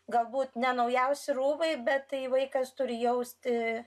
galbūt ne naujausi rūbai bet tai vaikas turi jausti